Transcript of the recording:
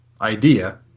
idea